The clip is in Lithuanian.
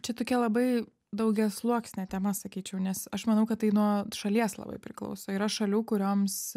čia tokia labai daugiasluoksnė tema sakyčiau nes aš manau kad tai nuo šalies labai priklauso yra šalių kurioms